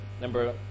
number